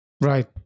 Right